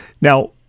Now